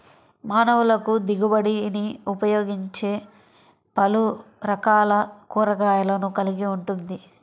మానవులకుదిగుబడినిఉపయోగించేపలురకాల కూరగాయలను కలిగి ఉంటుంది